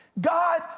God